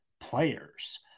players